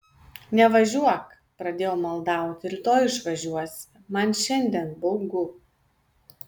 nevažiuok pradėjau maldauti rytoj išvažiuosi man šiandien baugu